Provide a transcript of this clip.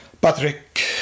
Patrick